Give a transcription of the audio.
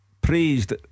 praised